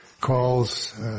calls